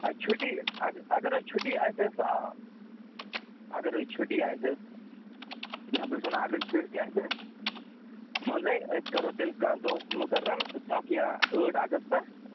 اَچھ چھُٹی اگر اگرے حظ چھُٹی آسیٚس آ اَگَرے چھُٹی آسیٚس نہ بہٕ چھُس وَنان اگر چھُٹی آسیٚس منٛزٕے أسۍ کَرو تیٚلہِ کانٛہہ دۅہ مُقَرَر سَتھ یا ٲٹھ اَگَستہٕ